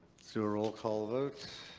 so roll call votes.